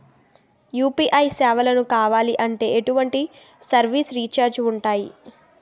UPI సేవలను కావాలి అంటే ఎటువంటి సర్విస్ ఛార్జీలు ఉంటాయి?